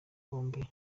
bombi